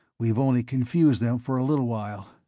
we've only confused them for a little while.